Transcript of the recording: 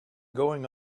going